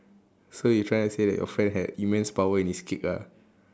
so you trying to say that your friend had immense power in his kick ah